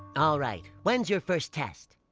alright! when's your first test!